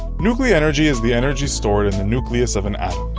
nuclear energy is the energy stored in the nucleus of an atom.